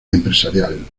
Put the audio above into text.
empresarial